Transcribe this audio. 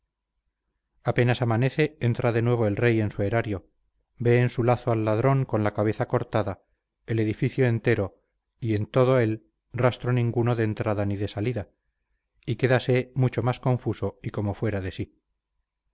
apenas amanece entra de nuevo el rey en su erario ve en su lazo al ladrón con la cabeza cortada el edificio entero y en todo él rastro ninguno de entrada ni de salida y quédase mucho más confuso y como fuera de sí